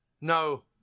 No